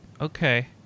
Okay